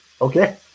okay